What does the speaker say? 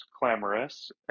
Clamorous